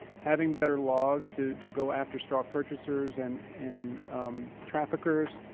having better laws to to go after straw purchasers and and traffickers,